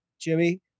Jimmy